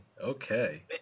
Okay